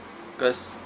cause